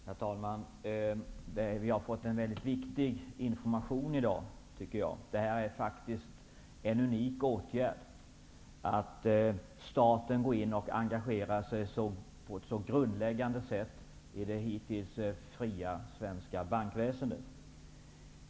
Herr talman! Vi har fått en väldigt viktig information i dag. Det är faktiskt en unik åtgärd att staten går in och engagerar sig på ett så grundläggande sätt i det hittills fria svenska bankväsendet.